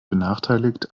benachteiligt